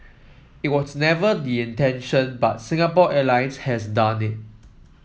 it was never the intention but Singapore Airlines has done it